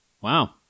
Wow